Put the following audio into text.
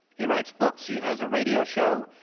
he writes books, he has a radio show,